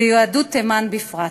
ויהדות תימן בפרט.